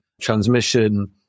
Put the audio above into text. transmission